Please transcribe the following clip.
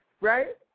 right